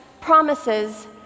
promises